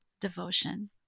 devotion